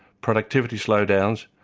productivity slowdowns,